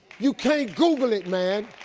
you can't google it, man.